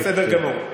בסדר גמור.